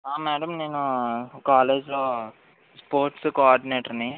madam నేను college లో sports coordinator ని